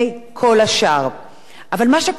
אבל מה שקורה כאשר עובד לא מוגן,